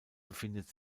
befindet